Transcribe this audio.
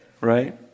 Right